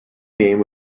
name